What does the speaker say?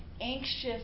anxious